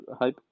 hype